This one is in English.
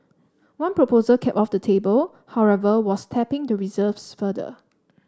one proposal kept off the table however was tapping the reserves further